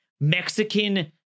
Mexican